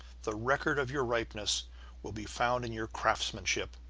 the record of your ripeness will be found in your craftsmanship.